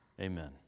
Amen